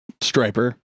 Striper